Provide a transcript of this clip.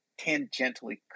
tangentially